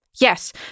yes